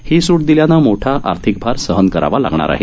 ही सूट दिल्यानं मोठा आर्थिक भार सहन करावा लागणार आहे